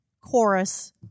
chorus